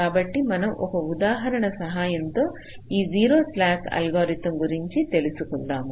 కాబట్టి మనం ఒక ఉదాహరణ సహాయంతో 0 స్లాక్ అల్గోరిథం గురించి తెలుసుకుందాం